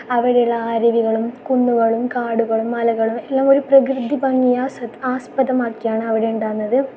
അവിടെയുള്ള അരുവികളും കുന്നുകളും കാടുകളും മലകളും എല്ലാം ഒരു പ്രകൃതി ഭംഗി ആസ്പദമാക്കിയാണ് അവിടെ ഉണ്ടാകുന്നത്